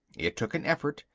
it took an effort,